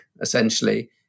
essentially